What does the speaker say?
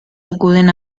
acuden